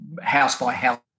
house-by-house